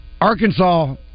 Arkansas